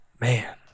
man